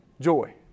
joy